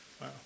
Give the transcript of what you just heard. wow